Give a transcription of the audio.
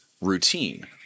routine